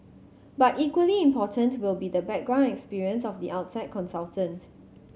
but equally important will be the background experience of the outside consultant